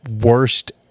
worst